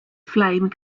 flame